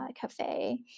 cafe